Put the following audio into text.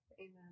Amen